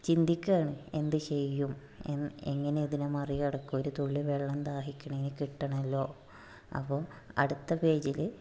ചിന്തിക്കാണ് എന്ത് ചെയ്യും എങ്ങിനെ ഇതിനെ മറി കടക്കും ഒരു തുള്ളി വെള്ളം ദാഹിക്കണതിന് കിട്ടണല്ലോ അപ്പോൾ അടുത്ത പേജിൽ